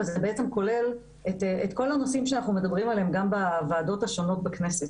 זה כולל את כל הנושאים שאנחנו מדברים עליהם גם בוועדות השונות בכנסת.